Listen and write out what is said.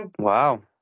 Wow